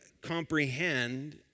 comprehend